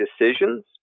decisions